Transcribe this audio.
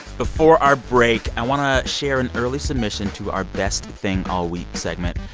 before our break, i want to share an early submission to our best thing all week segment.